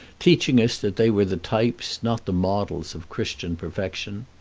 teaching us that they were the types, not the models, of christian perfection.